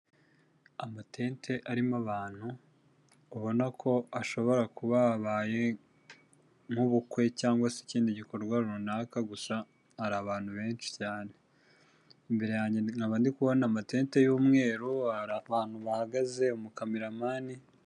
Amatente arimo abantu; ubona ko ashobora kuba habaye nk'ubukwe cyangwa se ikindi gikorwa runaka gusa hari abantu benshi cyane; imbere yanjye nkaba ndi kubona amatente y'umweru, abantu bahagaze, umukameramani